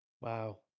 wow